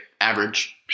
average